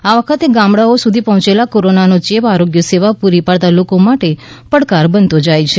આ વખતે ગામડાઓ સુધી પહોંચેલો કોરોનાનો ચેપ આરોગ્ય સેવા પૂરી પડતાં લોકો માટે પડકાર બનતો જાય છે